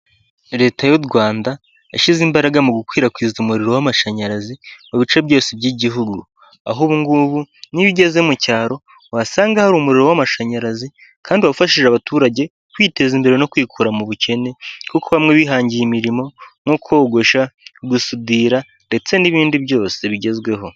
Leta y'u Rwanda yashyize imbaraga mu gukwirakwiza umuriro w'amashanyarazi mu bice byose by'igihugu. Aho ubungubu niyo ugeze mu cyaro wasanga hari umuriro w'amashanyarazi kandi wafashije abaturage kwiteza imbere no kwikura mu bukene kuko bamwe bihangiye imirimo nko kogosha, gusudira, ndetse n'ibindi byose bigezweho.